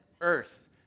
earth